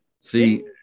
See